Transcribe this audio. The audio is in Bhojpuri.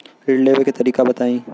ऋण लेवे के तरीका बताई?